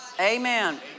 Amen